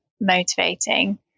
motivating